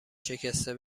شکسته